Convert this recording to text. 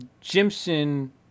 Jimson